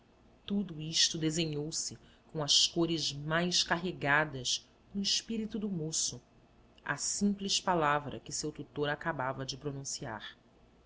tudo isto desenhou-se com as cores mais carregadas no espírito do moço à simples palavra que seu tutor acabava de pronunciar